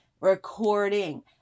recording